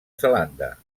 zelanda